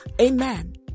Amen